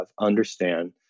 understand